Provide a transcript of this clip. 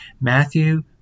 Matthew